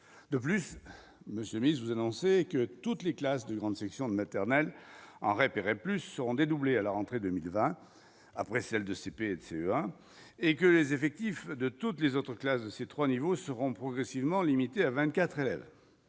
de plus, monsieur le Ministre, vous annoncez que toutes les classes de grande section de maternelle en repérer plus seront dédoublées, à la rentrée 2020, après celle de CP et de CE1 et que les effectifs de toutes les autres classes de ces 3 niveaux seront progressivement limité à 24 élèves,